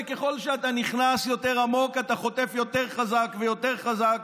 וככל שאתה נכנס יותר עמוק אתה חוטף יותר חזק ויותר חזק,